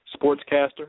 sportscaster